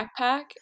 backpack